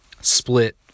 split